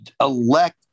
elect